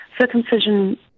circumcision